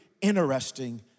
interesting